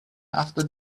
after